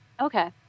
Okay